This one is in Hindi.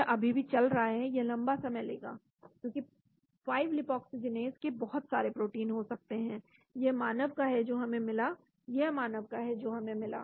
यह अभी भी चल रहा है यह लंबा समय लेगा क्योंकि 5 लिपऑक्सीजनएज के बहुत सारे प्रोटीन हो सकते हैं यह मानव का है जो हमें मिला यह मानव का है जो हमें मिला